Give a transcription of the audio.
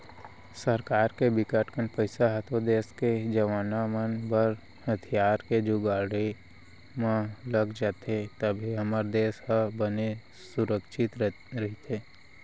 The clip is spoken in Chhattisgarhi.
सरकार के बिकट कन पइसा ह तो देस के जवाना मन बर हथियार के जुगाड़े म लग जाथे तभे हमर देस ह बने सुरक्छित रहिथे